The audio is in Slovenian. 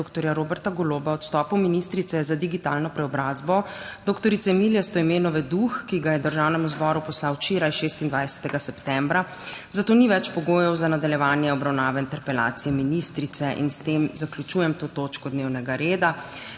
dr. Roberta Goloba o odstopu ministrice za digitalno preobrazbo dr. Emilije Stojmenove Duh, ki ga je Državnemu zboru poslal včeraj, 26. septembra, zato ni več pogojev za nadaljevanje obravnave interpelacije ministrice. S tem zaključujem to točko dnevnega reda.